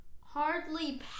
hardly